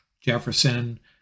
Jefferson